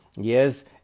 Yes